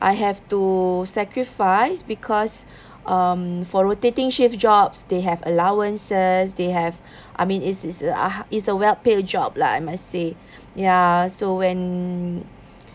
I have to sacrifice because um for rotating shift jobs they have allowances they have I mean is is a is a well paid job lah I must say ya so when